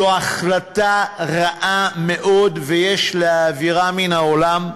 זו החלטה רעה מאוד, ויש להעבירה מן העולם.